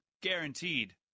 Guaranteed